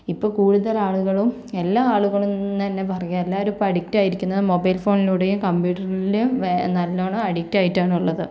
ഇപ്പോൾ കൂടുതലാളുകളും എല്ലാ ആളുകളെന്ന് തന്നെ പറയാം എല്ലാരും ഇപ്പം അഡിക്റ്റ് ആയിരിക്കുന്നത് മൊബൈൽ ഫോണിലൂടെയും കമ്പ്യൂട്ടറില് വേ നല്ലോണം അഡിക്റ്റ് ആയിട്ടാണുള്ളത്